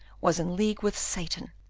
was in league with satan,